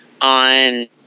on